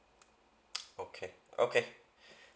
okay okay